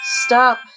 Stop